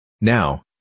Now